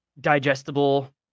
digestible